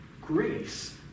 grace